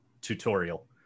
tutorial